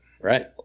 Right